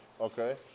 Okay